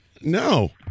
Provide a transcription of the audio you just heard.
No